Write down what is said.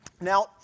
Now